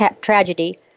tragedy